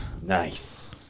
nice